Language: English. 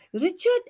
Richard